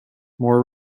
more